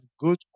good